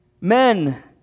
Men